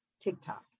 TikTok